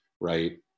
right